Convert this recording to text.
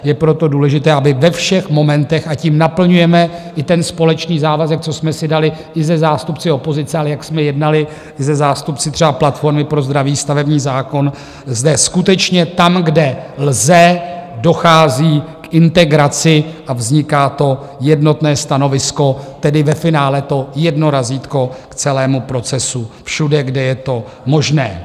Je proto důležité, aby ve všech momentech a tím naplňujeme i společný závazek, co jsme si dali i se zástupci opozice, ale jak jsme jednali i se zástupci třeba Platformy pro zdraví u stavebního zákona zde skutečně tam, kde lze, dochází k integraci a vzniká jednotné stanovisko, tedy ve finále jedno razítko k celému procesu všude, kde je to možné.